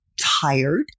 tired